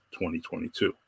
2022